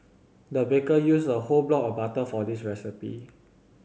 the baker used a whole block of butter for this recipe